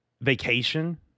vacation